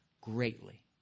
greatly